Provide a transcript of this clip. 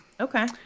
Okay